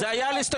זה חוק